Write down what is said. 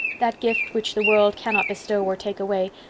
that gift which the world cannot bestow or take away,